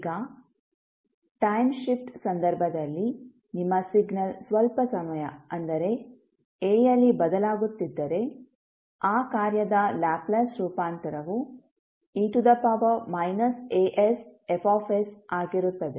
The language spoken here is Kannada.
ಈಗ ಟೈಮ್ ಶಿಫ್ಟ್ ಸಂದರ್ಭದಲ್ಲಿ ನಿಮ್ಮ ಸಿಗ್ನಲ್ ಸ್ವಲ್ಪ ಸಮಯ ಅಂದರೆ a ಯಲ್ಲಿ ಬದಲಾಗುತ್ತಿದ್ದರೆ ಆ ಕಾರ್ಯದ ಲ್ಯಾಪ್ಲೇಸ್ ರೂಪಾಂತರವು e asF ಆಗಿರುತ್ತದೆ